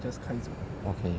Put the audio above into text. okay